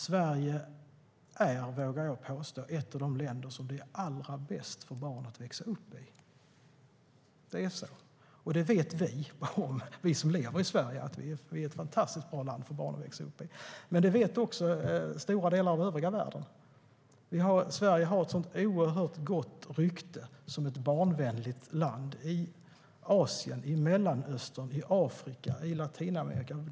Sverige är, vågar jag påstå, ett av de länder i världen som det är allra bäst för barn att växa upp i. Så är det. Vi som lever i Sverige vet att det är ett fantastiskt bra land för barn att växa upp i. Men det vet också stora delar av övriga världen. Sverige har ett oerhört gott rykte som ett barnvänligt land - i Asien, i Mellanöstern, i Afrika, i Latinamerika.